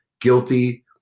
guilty